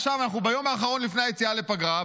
עכשיו אנחנו ביום האחרון לפני היציאה לפגרה,